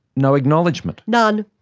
no acknowledgement? none.